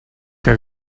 que